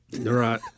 Right